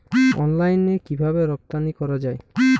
অনলাইনে কিভাবে রপ্তানি করা যায়?